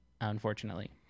unfortunately